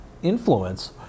influence